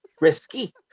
risky